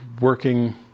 working